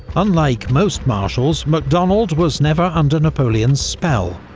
unlike most marshals, macdonald was never under napoleon's spell,